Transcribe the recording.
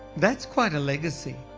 that's quite a legacy.